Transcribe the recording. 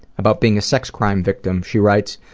about being a sex crime victim she writes,